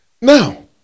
Now